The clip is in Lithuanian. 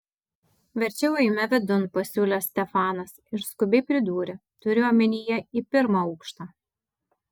verčiau eime vidun pasiūlė stefanas ir skubiai pridūrė turiu omenyje į pirmą aukštą